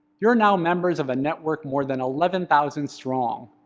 you're now members of a network more than eleven thousand strong,